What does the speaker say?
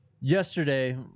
Yesterday